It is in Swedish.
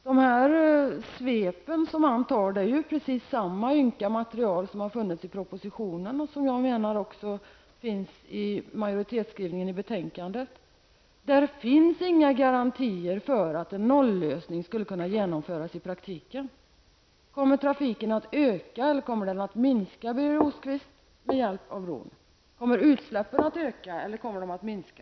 De svep som han gör baserar sig på samma ynkliga material som har funnits i propositionen och som enligt min mening även finns i majoritetsskrivningen i betänkandet. Det finns inga garantier för att en nollösning skulle kunna genomföras i praktiken. Kommer trafiken att öka eller kommer den att minska med hjälp av bron, Birger Rosqvist? Kommer utsläppen att öka eller kommer de att minska?